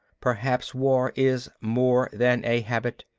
perhaps war is more than a habit.